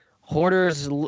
Hoarders